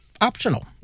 optional